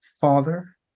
father